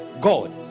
God